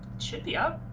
should be up